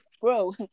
Bro